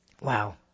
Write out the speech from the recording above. Wow